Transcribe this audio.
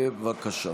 בבקשה.